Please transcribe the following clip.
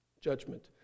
judgment